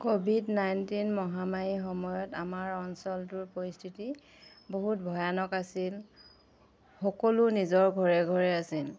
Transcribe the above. Covid nineteen মহামাৰী সময়ত আমাৰ অঞ্চলটোৰ পৰিস্থিতি বহুত ভয়ানক আছিল সকলো নিজৰ ঘৰে ঘৰে আছিল